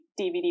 dvd